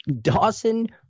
Dawson